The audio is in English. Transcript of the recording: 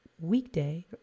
weekday